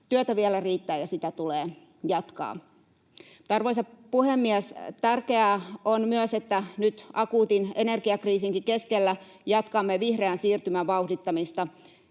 työtä vielä riittää ja sitä tulee jatkaa. Arvoisa puhemies! Tärkeää on myös, että nyt akuutin energiakriisinkin keskellä jatkamme vihreän siirtymän vauhdittamista